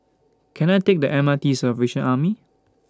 Can I Take The M R T to The Salvation Army